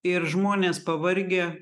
ir žmonės pavargę